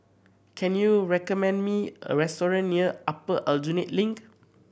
can you recommend me a restaurant near Upper Aljunied Link